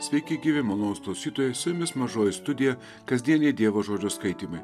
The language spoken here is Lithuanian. sveiki gyvi malonūs klausytojai su jumis mažoji studija kasdieniai dievo žodžio skaitymai